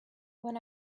when